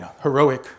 heroic